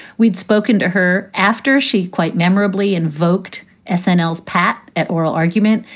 we'd spoken to her after she quite memorably invoked essentials, pat, at oral argument.